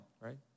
right